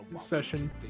session